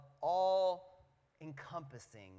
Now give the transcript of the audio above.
all-encompassing